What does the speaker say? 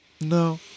no